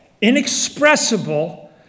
inexpressible